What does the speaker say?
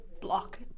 block